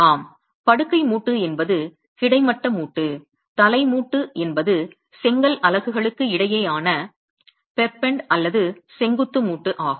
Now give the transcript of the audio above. ஆம் படுக்கை மூட்டு என்பது கிடைமட்ட மூட்டு தலை மூட்டு என்பது செங்கல் அலகுகளுக்கு இடையேயான பெர்பென்ட் அல்லது செங்குத்து மூட்டு ஆகும்